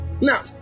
Now